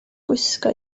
gwisgo